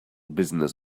business